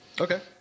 Okay